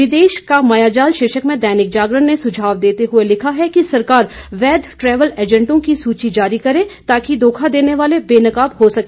विदेश का मायाजाल शीर्षक से दैनिक जागरण ने सुझाव देते हुए लिखा है कि सरकार वैध ट्रैवल एजेंटों की सूची जारी करे ताकि धोखा देने वाले बेनकाब हो सके